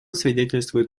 свидетельствует